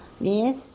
Yes